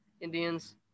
Indians